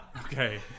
Okay